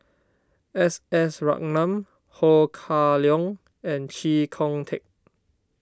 S S Ratnam Ho Kah Leong and Chee Kong Tet